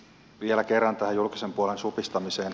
vielä kerran tähän julkisen puolen supistamiseen